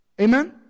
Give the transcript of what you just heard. Amen